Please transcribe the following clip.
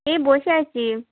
এই বসে আছি